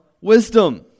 wisdom